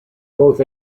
both